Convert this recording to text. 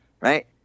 right